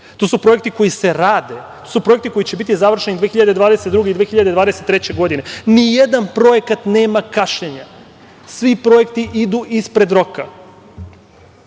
To su projekti koji se rade. To su projekti koji će biti završeni 2022. godine i 2023. godine. Nijedan projekat nema kašnjenja. Svi projekti idu ispred